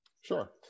Sure